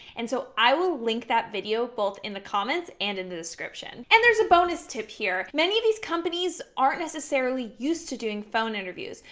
and so i will link that video, both in the comments and in the description. and there's a bonus tip here. many of these companies aren't necessarily used to doing phone interviews.